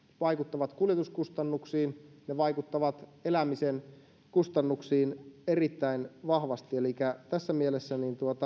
vaikuttavat kuljetuskustannuksiin ne vaikuttavat elämisen kustannuksiin erittäin vahvasti elikkä tässä mielessä